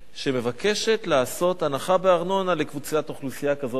שמבקשת לעשות הנחה בארנונה לקבוצת אוכלוסייה כזו או אחרת.